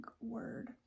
word